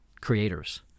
creators